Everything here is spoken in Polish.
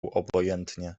obojętnie